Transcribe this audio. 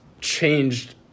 changed